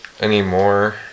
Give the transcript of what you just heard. anymore